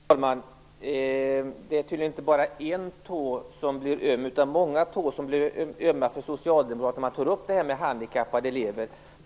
Herr talman! Det är tydligen inte bara en tå, utan många tår som blir ömma för socialdemokraterna när man tar upp frågan om handikappade elever.